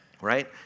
right